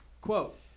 Quote